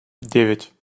девять